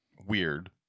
weird